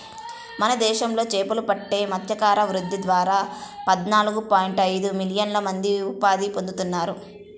మన దేశంలో చేపలు పట్టే మత్స్యకార వృత్తి ద్వారా పద్నాలుగు పాయింట్ ఐదు మిలియన్ల మంది ఉపాధి పొందుతున్నారంట